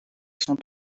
sont